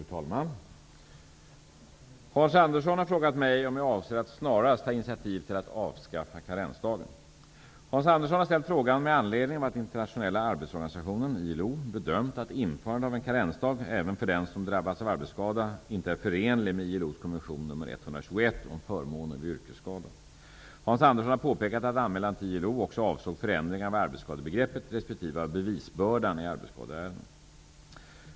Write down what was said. Fru talman! Hans Andersson har frågat mig om jag avser att snarast ta initiativ till att avskaffa karensdagen. Hans Andersson har ställt frågan med anledning av att Internationella arbetsorganisationen bedömt att införandet av en karensdag även för den som drabbats av arbetsskada inte är förenlig med ILO:s konvention nr 121 om förmåner vid yrkesskada. Hans Andersson har påpekat att anmälan till ILO också avsåg förändringar av arbetsskadebegreppet respektive av bevisbördan i arbetsskadeärenden.